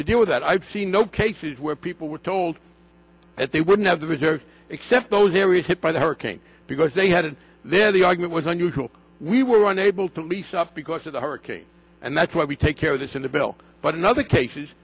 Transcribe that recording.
to deal with that i have seen no cases where people were told that they wouldn't have the reserves except those areas hit by the hurricane because they had there the argument was unusual we were unable to lease up because of the hurricane and that's why we take care of this in the bill but in other cases